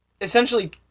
essentially